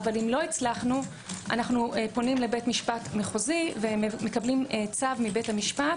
ואם לא - אנו פונים לבית משפט ,מחוזי ומקבלים צו מבית המשפט,